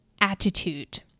attitude